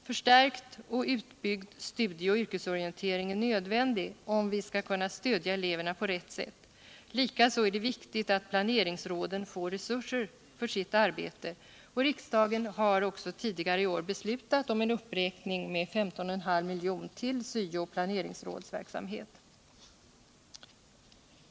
Förstärkt och utbyggd studie och yrkesorientering är nödvändig om vi skall kunna stödja eleverna på rätt sätt. Likaså är det viktigt att planeringsråden får resurser för sitt arbete. Riksdagen har också tidigare i år beslutat om en uppräkning med 15,5 miljoner till syo och planeringsrådsverksamhet.